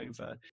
over